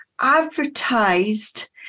advertised